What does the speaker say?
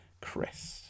Chris